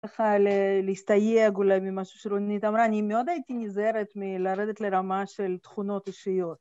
ככה להסתייג, אולי ממשהו שרונית אמרה, אני מאוד הייתי נזהרת מלרדת לרמה של תכונות אישיות.